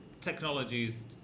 technologies